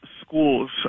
schools